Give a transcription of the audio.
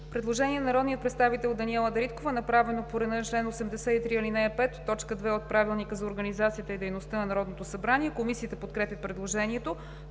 Предложение на народния представител Даниела Дариткова, направено по реда на чл. 83, ал. 5, т. 2 от Правилника за организацията и дейността на Народното събрание. Комисията подкрепя предложението.